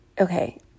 okay